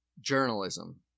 journalism